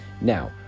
Now